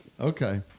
Okay